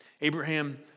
Abraham